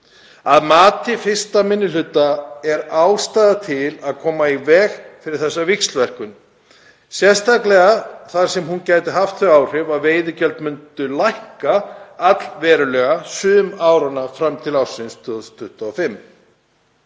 Að mati 1. minni hluta er ástæða til að koma í veg fyrir þessa víxlverkun, sérstaklega þar sem hún gæti haft þau áhrif að veiðigjöld myndu lækka allverulega sum áranna fram til ársins 2025.